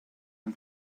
dem